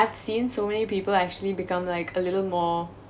I've seen so many people actually become like a little more